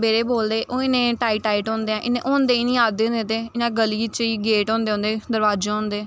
बेह्ड़े बोलदे ओह् इन्ने टाइट टाईट होंदे ऐ इ'यां होंदे गै निं है अद्धें दे ते इ'यां ग'ली च गेट होंदे उं'दे दरोआजे होंदे